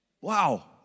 Wow